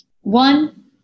One